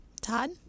Todd